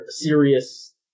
serious